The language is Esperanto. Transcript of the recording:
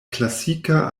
klasika